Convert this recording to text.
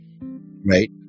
right